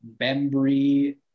Bembry